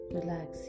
Relax